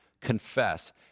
Confess